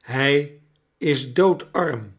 hij is doodarm